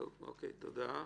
תודה.